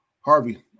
Harvey